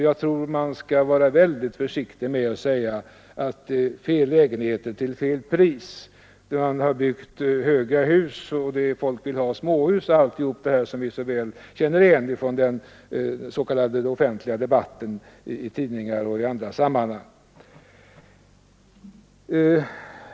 Jag tror att man skall vara väldigt försiktig med att säga att det är fel lägenheter till fel pris, att man har byggt höga hus medan folk vill ha småhus och allt detta som vi så väl känner igen från den s.k. offentliga debatten i tidningar och i andra sammanhang.